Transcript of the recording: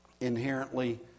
inherently